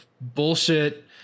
bullshit